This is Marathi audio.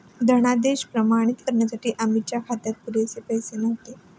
धनादेश प्रमाणित करण्यासाठी अमितच्या खात्यात पुरेसे पैसे नव्हते